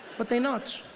but they're not.